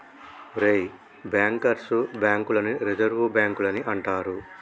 ఒరేయ్ bankers bank లని reserve బాంకులని అంటారు